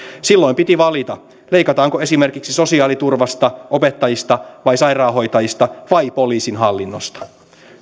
silloin piti valita leikataanko esimerkiksi sosiaaliturvasta opettajista sairaanhoitajista vai poliisin hallinnosta